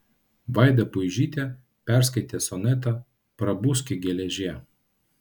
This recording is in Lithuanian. vaida puižytė perskaitė sonetą prabuski geležie